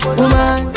woman